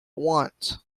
once